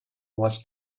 was